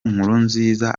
nkurunziza